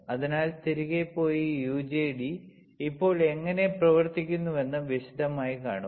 അതിനാൽ തിരികെ പോയി യുജെടി ഇപ്പോൾ എങ്ങനെ പ്രവർത്തിക്കുന്നുവെന്ന് വിശദമായി കാണുക